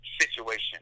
situation